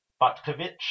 Butkovich